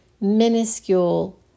minuscule